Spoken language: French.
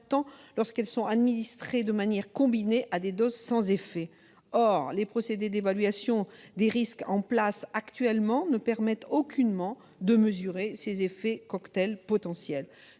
lorsqu'elles sont administrées, de manière combinée, à des doses sans effet. » Or « les procédés d'évaluation des risques en place actuellement ne permettent aucunement de mesurer ces effets cocktail potentiels